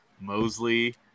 Mosley